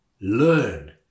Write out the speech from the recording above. learn